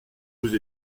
vous